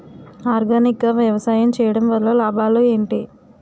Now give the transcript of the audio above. Organic గా వ్యవసాయం చేయడం వల్ల లాభాలు ఏంటి?